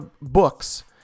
books